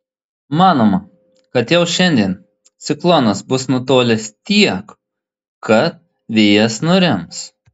manoma kad jau šiandien ciklonas bus nutolęs tiek kad vėjas nurims